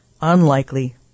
Unlikely